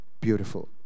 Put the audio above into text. beautiful